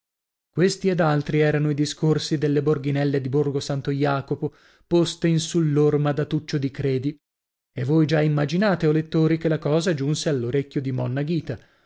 questi ed altri erano i discorsi delle borghinelle di borgo santo jacopo poste in sull'orma da tuccio di credi e voi già immaginate o lettori che la cosa giunse all'orecchio di monna ghita